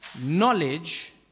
knowledge